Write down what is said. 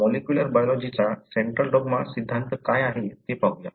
तर मॉलिक्युलर बायलॉजिचा central dogma सिद्धांत काय आहे ते पाहूया